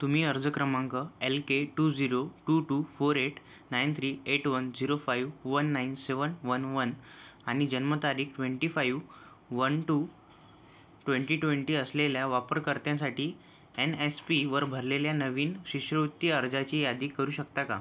तुम्ही अर्ज क्रमांक L K two zero two two four eight nine three eight one zero five one nine seven one one आणि जन्मतारीख twenty five one two twenty twenty असलेल्या वापरकर्त्यासाठी N S पीवर भरलेल्या नवीन शिष्यवृत्ती अर्जाची यादी करू शकता का